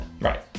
Right